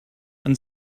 and